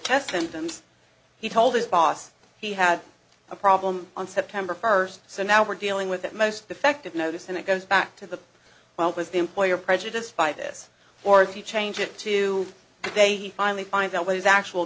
symptoms he told his boss he had a problem on september first so now we're dealing with it most effective notice and it goes back to the well was the employer prejudice by this or if you change it to the day he finally finds out what his actual